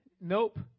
Nope